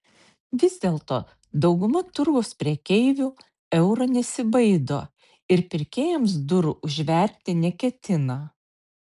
vis dėlto dauguma turgaus prekeivių euro nesibaido ir savo pirkėjams durų užverti neketina